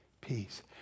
peace